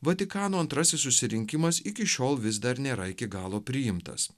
vatikano antrasis susirinkimas iki šiol vis dar nėra iki galo priimtas